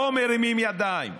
לא מרימים ידיים,